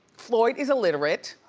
floyd is illiterate.